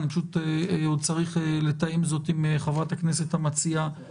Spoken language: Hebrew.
אני פשוט עוד צריך לתאם את זה עם חברת הכנסת המציעה.